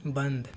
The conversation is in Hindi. बंद